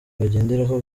bagenderaho